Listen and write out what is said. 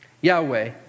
Yahweh